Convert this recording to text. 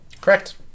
Correct